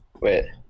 Wait